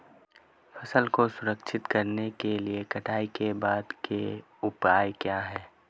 फसल को संरक्षित करने के लिए कटाई के बाद के उपाय क्या हैं?